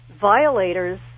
Violators